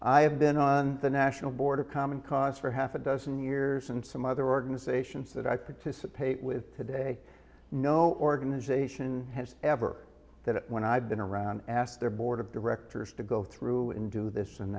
i have been on the national board of common cause for half a dozen years and some other organizations that i participate with today no organization has ever that when i've been around asked their board of directors to go through and do this an